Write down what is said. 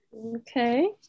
Okay